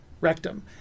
Rectum